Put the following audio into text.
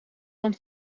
van